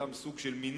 זה גם סוג של מינוח,